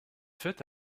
fête